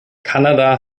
kanada